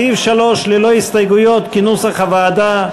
סעיף 3 ללא הסתייגויות כנוסח הוועדה,